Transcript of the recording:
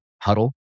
huddle